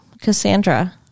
Cassandra